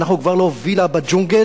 אנחנו כבר לא וילה בג'ונגל,